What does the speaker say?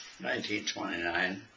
1929